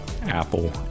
Apple